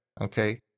Okay